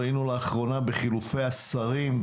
ראינו לאחרונה בחילופי השרים,